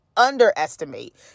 Underestimate